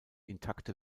intakte